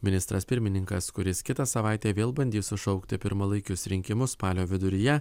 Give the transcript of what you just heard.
ministras pirmininkas kuris kitą savaitę vėl bandys sušaukti pirmalaikius rinkimus spalio viduryje